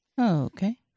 Okay